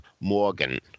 Morgan